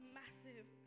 massive